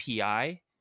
api